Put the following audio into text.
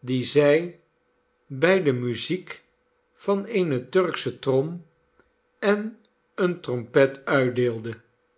die zij bij de muziek van eene turksche trom en eene trompet uitdeelde